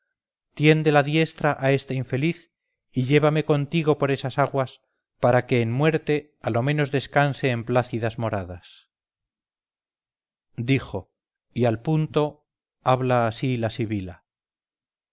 tiende la diestra a este infeliz y llévame contigo por esas aguas para que en muerte a lo menos descanse en plácidas moradas dijo y al punto la habla así la sibila